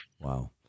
Wow